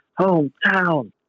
hometown